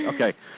Okay